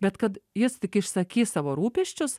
bet kad jis tik išsakys savo rūpesčius